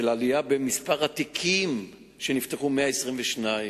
של עלייה במספר התיקים שנפתחו, עלייה של 122%,